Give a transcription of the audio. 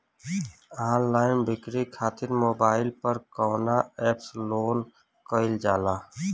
Online बिक्री खातिर mobile पर कवना एप्स लोन कईल जाला?